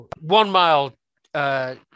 one-mile